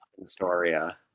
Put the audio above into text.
historia